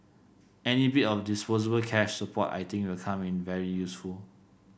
any bit of disposable cash support I think will come in very useful